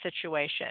situation